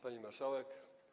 Pani Marszałek!